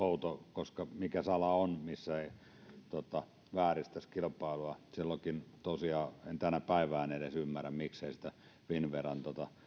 koska mikäs ala on joka ei vääristäisi kilpailua en tänä päivänä edes ymmärrä miksei sitä finnveran